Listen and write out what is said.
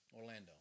Orlando